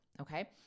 okay